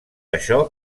això